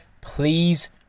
Please